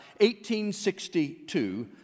1862